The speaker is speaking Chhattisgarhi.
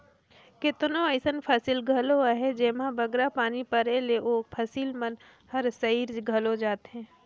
केतनो अइसन फसिल घलो अहें जेम्हां बगरा पानी परे ले ओ फसिल मन हर सइर घलो जाथे